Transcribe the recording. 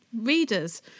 readers